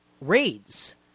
raids